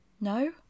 no